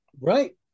Right